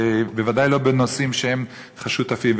בוודאי לא בנושאים שהם שותפים להם.